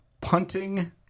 punting